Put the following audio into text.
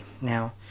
Now